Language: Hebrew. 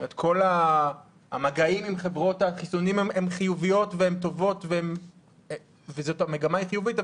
כל המגעים עם חברות החיסונים הם חיוביים והם טובים והמגמה היא חיובית,